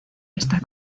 está